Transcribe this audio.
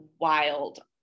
wild